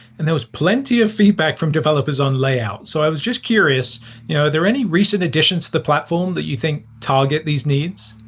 and there was plenty of feedback from developers on layout. so i was just curious, are you know there any recent additions to the platform that you think target these needs?